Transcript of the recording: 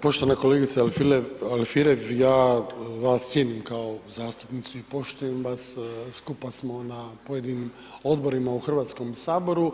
Poštovana kolegice Alfirev, ja vas cijenim kao zastupnicu i poštujem vas, skupa smo na pojedinim odborima u Hrvatskom saboru,